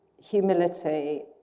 humility